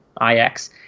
ix